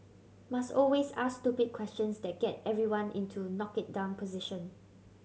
must always ask stupid questions that get everyone into knock it down position